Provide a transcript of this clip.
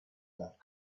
that